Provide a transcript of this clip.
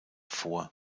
vor